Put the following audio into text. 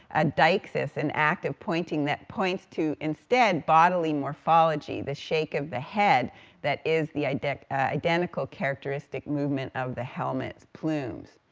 a deixis, an act of pointing that points to, instead, instead, bodily morphology, the shake of the head that is the identical identical characteristic movement of the helmet's plumes.